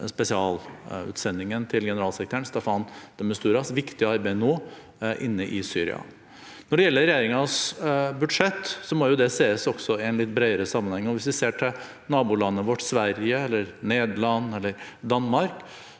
spesialutsending, Staffan de Mistura, nå gjør inne i Syria. Når det gjelder regjeringens budsjett, må det også ses i en litt bredere sammenheng. Hvis vi ser til nabolandet vårt Sverige eller Nederland eller Danmark,